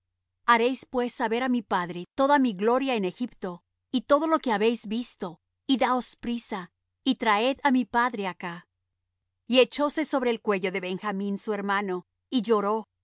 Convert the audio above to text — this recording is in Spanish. haréis pues saber á mi padre toda mi gloria en egipto y todo lo que habéis visto y daos priesa y traed á mi padre acá y echóse sobre el cuello de benjamín su hermano y lloró